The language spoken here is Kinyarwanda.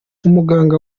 umuganga